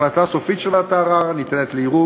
החלטה סופית של ועדת הערר ניתנת לערעור